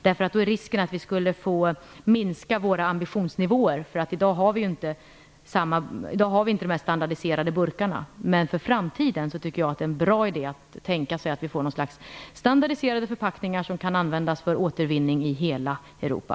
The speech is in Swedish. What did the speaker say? Då finns nämligen risken att vi måste minska våra ambitionsnivåer. I dag har vi ju inte standardiserade burkar. Men för framtiden tycker jag att det är en bra idé att tänka sig något slags standardiserade förpackningar som kan användas för återvinning i hela Europa.